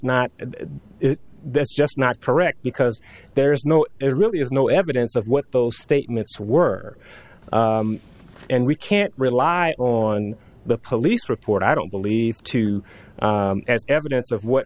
not that's just not correct because there is no it really is no evidence of what those statements were and we can't rely on the police report i don't believe to evidence of what